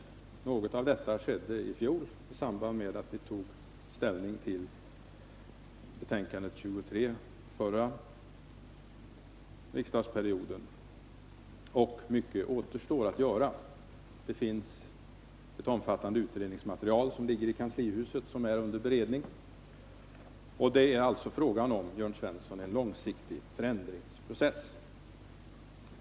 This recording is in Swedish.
En del skedde under den förra riksdagsperioden då vi tog ställning till betänkandet nr 23. Mycket återstår emellertid att göra. Ett omfattande utredningsmaterial utgör underlag för kanslihusets beredning. Det är alltså, Jörn Svensson, fråga om en långsiktig förändringsprocess.